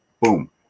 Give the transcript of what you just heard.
boom